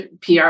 PR